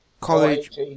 College